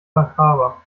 makaber